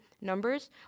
numbers